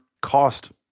cost